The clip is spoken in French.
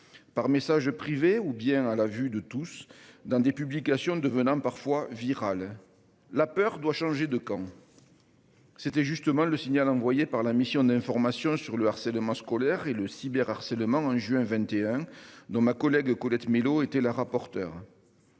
Par message privé ou bien à la vue de tous dans des publications, devenant parfois virale la peur doit changer de camp. C'était justement le signal envoyé par la mission d'information sur le harcèlement scolaire et le cyber harcèlement en juin 21 dans ma collègue Colette Mélot était la rapporteure.